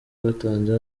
batanze